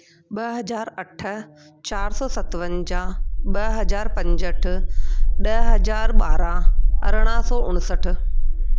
ॿ हज़ार अठ चार सौ सतिवंजाहु ॿ हज़ार पंजठि ॾह हज़ार ॿारहं अरिड़हं सौ उनिसठि